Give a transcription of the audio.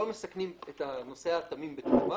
לא מסכנים את הנוסע התמים בתמורה,